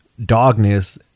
dogness